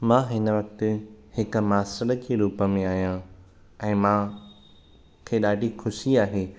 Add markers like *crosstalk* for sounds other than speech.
मां हिन वक़्ति हिकु *unintelligible* रूप में आहियां ऐं मूं खे ॾाढी खुशी आहे